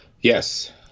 Yes